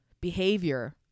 behavior